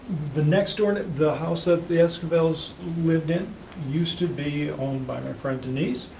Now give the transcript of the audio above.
the next door, the house that the esquivels lived in used to be owned by my friend, denise,